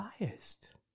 Biased